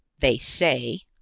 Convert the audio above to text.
they say.